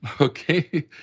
Okay